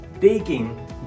taking